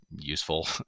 useful